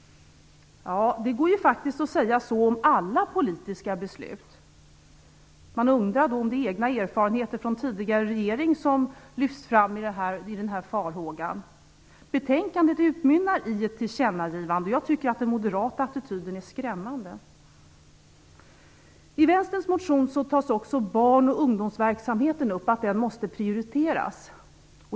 Det går faktiskt att säga så om alla politiska beslut. Man undrar om det är egna erfarenheter från en tidigare regering som lyfts fram i den här farhågan. Betänkandet utmynnar i ett tillkännagivande. Jag tycker att den moderata attityden är skrämmande. I Vänsterns motion tar man också upp att barn och ungdomsverksamheten måste prioriteras.